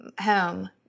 home